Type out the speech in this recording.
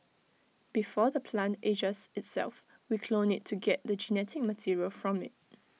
before the plant ages itself we clone IT to get the genetic material from IT